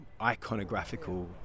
iconographical